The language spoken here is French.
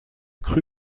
cru